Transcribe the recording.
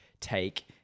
take